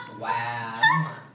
Wow